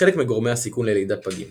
חלק מגורמי הסיכון ללידת פגים